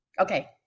Okay